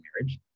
marriage